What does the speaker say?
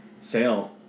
sale